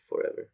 forever